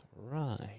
Right